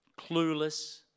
clueless